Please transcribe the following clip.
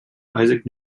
isaac